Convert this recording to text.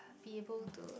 be able to